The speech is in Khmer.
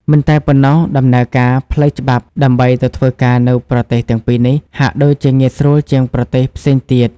មិនតែប៉ុណ្ណោះ ដំណើរការផ្លូវច្បាប់ដើម្បីទៅធ្វើការនៅប្រទេសទាំងពីរនេះ ហាក់ដូចជាងាយស្រួលជាងប្រទេសផ្សេងទៀត។